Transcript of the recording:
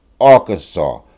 Arkansas